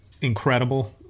incredible